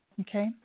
Okay